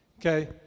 Okay